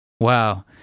wow